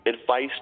advice